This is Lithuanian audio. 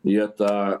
jie tą